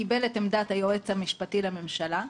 קיבל את עמדת היועץ המשפטי לממשלה,